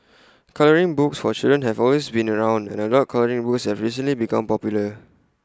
colouring books for children have always been around and adult colouring books have recently become popular